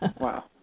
Wow